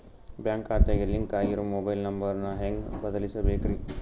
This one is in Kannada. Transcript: ಬ್ಯಾಂಕ್ ಖಾತೆಗೆ ಲಿಂಕ್ ಆಗಿರೋ ಮೊಬೈಲ್ ನಂಬರ್ ನ ಹೆಂಗ್ ಬದಲಿಸಬೇಕ್ರಿ?